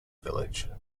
village